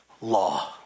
law